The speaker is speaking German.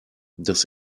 dass